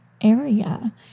area